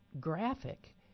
graphic